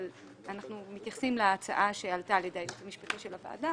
אבל אנחנו מתייחסים להצעת הייעוץ המשפטי של הוועדה